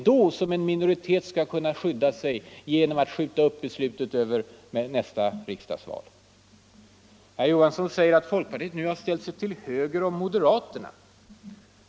Det är då en minoritet skall kunna skydda demokratin genom att skjuta upp beslutet över nästkommande riksdagsval. Herr Johansson säger att folkpartiet nu har ställt sig till höger om moderaterna.